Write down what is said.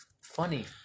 funny